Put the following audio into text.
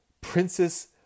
Princess